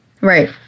Right